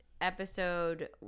episode